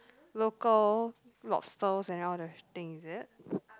local lobsters and all the thing is it